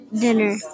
dinner